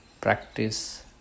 practice